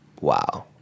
wow